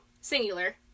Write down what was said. singular